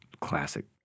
classic